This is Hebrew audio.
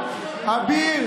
אביר,